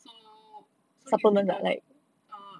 so so his bod~ err